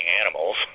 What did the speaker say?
animals